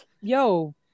yo